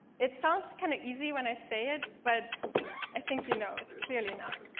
it sounds kind of easy when i say it, but i think you know it's clearly not.